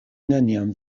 neniam